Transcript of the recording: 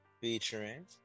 featuring